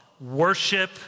worship